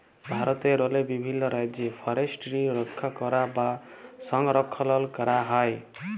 ভারতেরলে বিভিল্ল রাজ্যে ফরেসটিরি রখ্যা ক্যরা বা সংরখ্খল ক্যরা হয়